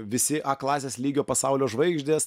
visi klasės lygio pasaulio žvaigždės